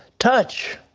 touch!